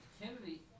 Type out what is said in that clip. Kennedy